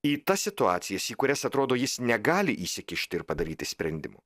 į tas situacijas į kurias atrodo jis negali įsikišti ir padaryti sprendimų